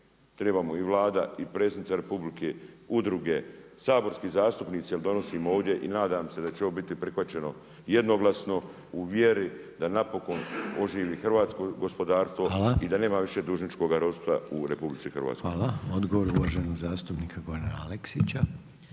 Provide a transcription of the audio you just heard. trebamo i Vlada i Predsjednica Republike, udruge, saborski zastupnici jer donosimo ovdje i nadam se da će ovo biti prihvaćeno jednoglasno, u vjeri da napokon oživi hrvatsko gospodarstvo i da nema više dužničkoga ropstva u RH. **Reiner, Željko (HDZ)** Hvala. Odgovor uvaženog zastupnika Gorana Aleksića.